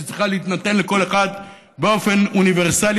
שצריכה להינתן לכל אחד באופן אוניברסלי